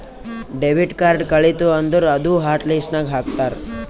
debit card ಕಳಿತು ಅಂದುರ್ ಅದೂ ಹಾಟ್ ಲಿಸ್ಟ್ ನಾಗ್ ಹಾಕ್ತಾರ್